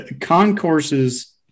Concourses